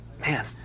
man